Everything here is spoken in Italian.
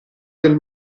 del